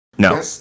No